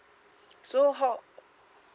so how